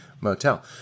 motel